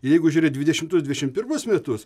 jeigu žiūrėt dvidešimtus dvidešimt pirmus metus